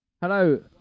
Hello